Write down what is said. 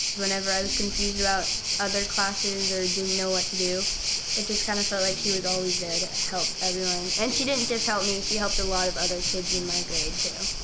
whenever i was confused about other classes or didn't know what to do it just kind of felt like she was always there to help everyone and she didn't just help me, she helped a lot of other kids in my grade too.